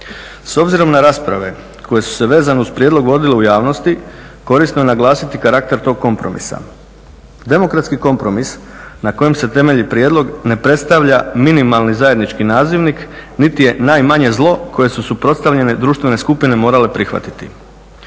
S obzirom na rasprave koje su se vezano uz prijedlog vodile u javnosti korisno je naglasiti karakter tog kompromisa. Demokratski kompromis na kojem se temelji prijedlog ne predstavlja minimalni zajednički nazivnik niti je najmanje zlo kojem su suprotstavljene društvene skupine morale prihvatiti.